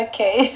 Okay